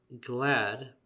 Glad